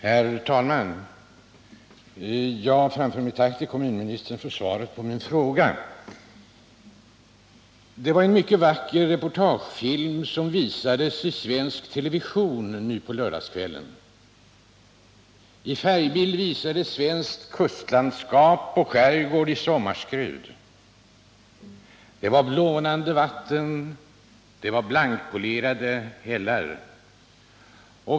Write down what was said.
Herr talman! Jag framför ett tack till kommunministern för svaret på min fråga. Det var en mycket vacker reportagefilm som i lördags kväll visades i svensk television. I färgbild visades svenskt kustlandskap och skärgård i sommarskrud —det var blånande vatten och blankpolerade hällar.